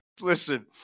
Listen